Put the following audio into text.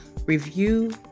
review